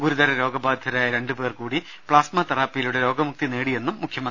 ഗുരുതര രോഗബാധിതരായ രണ്ടു പേർ കൂടി പ്ലാസ്മ തെറാപ്പിയിലൂടെ രോഗമുക്തി നേടിയെന്ന് മുഖ്യമന്ത്രി പറഞ്ഞു